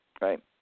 Right